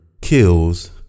kills